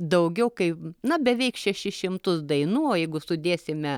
daugiau kaip na beveik šešis šimtus dainų o jeigu sudėsime